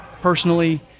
personally